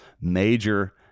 major